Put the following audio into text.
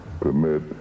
permit